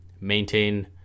maintain